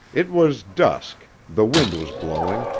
it was dusk, the wind was blowing,